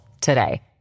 today